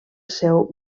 seu